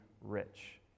rich